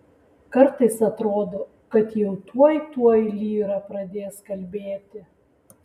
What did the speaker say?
kartais atrodo kad jau tuoj tuoj lyra pradės kalbėti